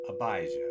Abijah